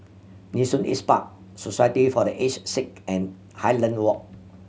Nee Soon East Park Society for The Aged Sick and Highland Walk